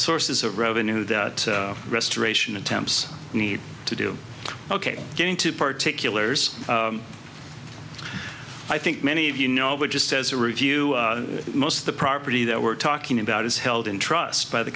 sources of revenue that restoration attempts need to do ok going to particularly as i think many of you know but just as a review most of the property that we're talking about is held in trust by the